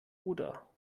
oder